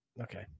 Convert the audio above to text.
Okay